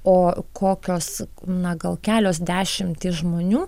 o kokios na gal kelios dešimtys žmonių